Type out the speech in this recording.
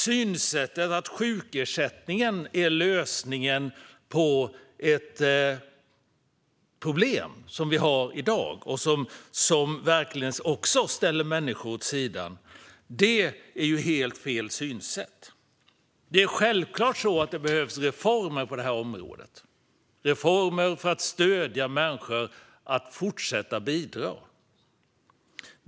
Synsättet att sjukersättning är lösningen på ett problem som vi har i dag och som verkligen också ställer människor åt sidan är helt fel. Självklart behövs det reformer på detta område för att stödja människor att fortsätta bidra.